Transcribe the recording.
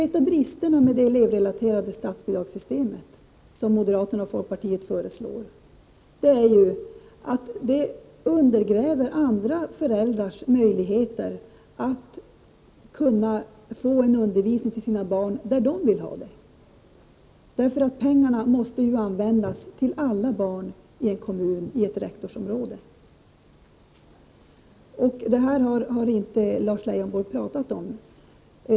En av bristerna med det elevrelaterade statsbidragssystemet, som moderaterna och folkpartiet föreslår, är ju att det undergräver andra föräldrars möjligheter att få en undervisning för sina barn där de vill ha den. Pengarna måste ju användas till alla barn i en kommun, i ett rektorsområde. Detta har inte Lars Leijonborg talat om.